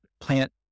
plant